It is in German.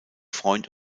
freund